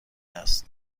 است